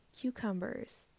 cucumbers